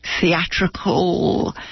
theatrical